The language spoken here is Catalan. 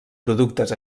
productes